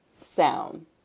sound